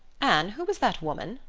anne, who was that woman?